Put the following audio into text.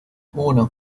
uno